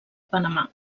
panamà